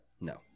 No